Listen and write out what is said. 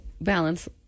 balance